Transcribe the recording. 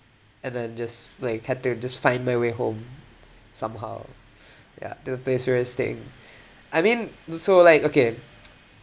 and then just like had to just find my way home somehow ya to the place where I'm staying I mean just so like okay